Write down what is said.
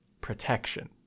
protection